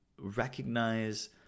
recognize